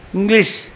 English